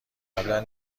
قبلا